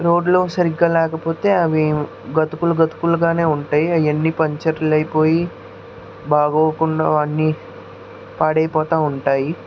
రోడ్లు సరిగ్గా లేకపోతే అవి గతుకులు గతుకులుగానే ఉంటాయి అయన్ని పంచర్లు అయిపోయి బాగ లేకుండా అన్ని పాడై పోతూ ఉంటాయి